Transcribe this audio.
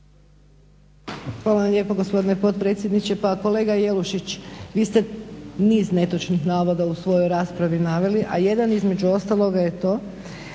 Hvala lijepo, gospodine potpredsjedniče. Pa kolega Jelušić, vi ste niz netočnih navoda u svojoj raspravi naveli, a jedan između ostaloga je to